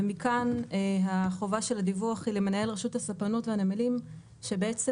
ומכאן החובה של הדיווח היא למנהל רשות הספנות והנמלים שבעצם